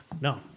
No